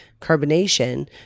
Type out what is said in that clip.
carbonation